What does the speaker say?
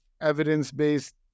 evidence-based